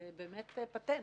זה באמת פטנט.